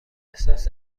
احساس